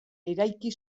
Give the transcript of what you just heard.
eraiki